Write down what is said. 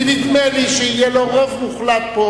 כי נדמה לי שיהיה לו רוב מוחלט פה